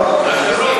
טוב.